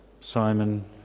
Simon